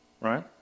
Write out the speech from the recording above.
right